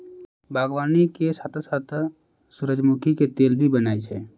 बागवानी के साथॅ साथॅ सूरजमुखी के तेल भी बनै छै